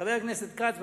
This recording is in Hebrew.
חבר הכנסת כץ,